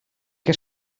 que